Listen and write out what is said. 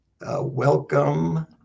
Welcome